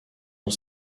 ont